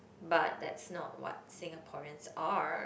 but that's what not Singaporeans are